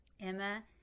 Emma